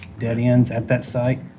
dead ends at that site.